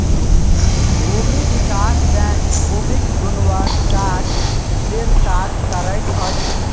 भूमि विकास बैंक भूमिक गुणवत्ताक लेल काज करैत अछि